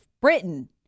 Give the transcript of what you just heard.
Britain